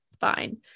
Fine